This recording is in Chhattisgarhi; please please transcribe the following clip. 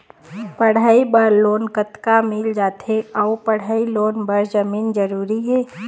पढ़ई बर लोन कतका मिल जाथे अऊ पढ़ई लोन बर जमीन जरूरी हे?